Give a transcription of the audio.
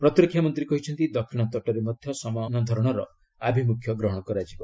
ପ୍ରତିରକ୍ଷାମନ୍ତ୍ରୀ କହିଛନ୍ତି ଦକ୍ଷିଣ ତଟରେ ମଧ୍ୟ ସମାନଧରଣର ଆଭିମୁଖ୍ୟ ଗ୍ରହଣ କରାଯିବ